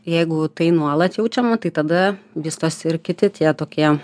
jeigu tai nuolat jaučiama tai tada vystosi ir kiti tie tokie